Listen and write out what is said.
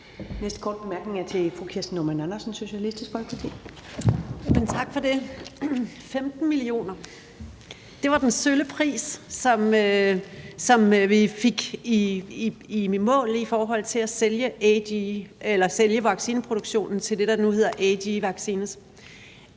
næste korte bemærkning er til fru Kirsten Normann Andersen, Socialistisk Folkeparti. Kl. 14:13 Kirsten Normann Andersen (SF): Tak for det. 15 mio. kr. var den sølle pris, som vi fik i mål for at sælge vaccineproduktionen til det, der nu hedder AJ Vaccines.